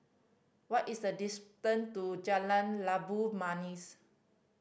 what is the distance to Jalan Labu Manis